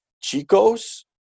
chicos